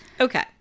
okay